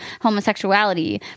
homosexuality